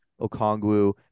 Okongwu